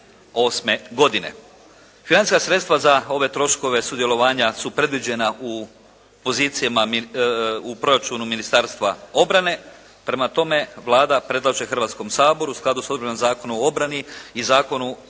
Financijska sredstva za ove troškove sudjelovanja su predviđena u pozicijama u proračunu Ministarstva obrane. Prema tome, Vlada predlaže Hrvatskom saboru u skladu s odredbama Zakona o obrani i Zakona